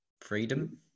Freedom